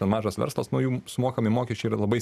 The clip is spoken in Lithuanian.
mažas verslas nuo jų sumokami mokesčiai yra labai